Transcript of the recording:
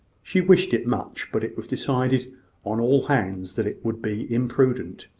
she wished it much but it was decided on all hands that it would be imprudent,